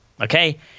okay